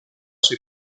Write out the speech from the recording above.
sui